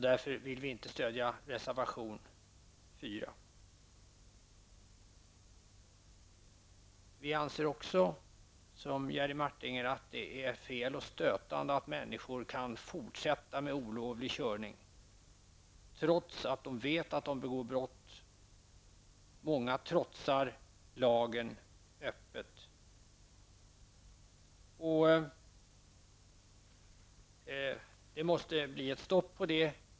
Därför vill vi inte stödja reservation 4. Vi anser också liksom Jerry Martinger att det är fel och stötande att människor kan fortsätta med olovlig körning trots att de vet att de begår brott. Många trotsar lagen öppet. Det måste bli stopp för det.